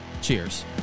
Cheers